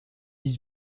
dix